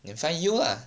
then find you lah